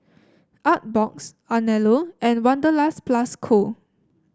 Artbox Anello and Wanderlust Plus Co